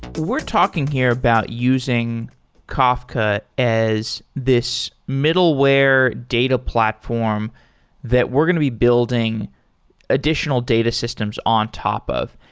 we're talking here about using kafka as this middleware data platform that we're going to be building additional data systems on top of.